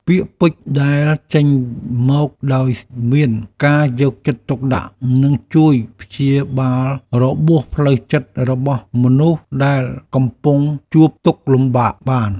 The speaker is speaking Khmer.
ពាក្យពេចន៍ដែលចេញមកដោយមានការយកចិត្តទុកដាក់នឹងជួយព្យាបាលរបួសផ្លូវចិត្តរបស់មនុស្សដែលកំពុងជួបទុក្ខលំបាកបាន។